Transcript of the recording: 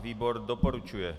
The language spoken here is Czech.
Výbor doporučuje.